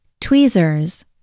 Tweezers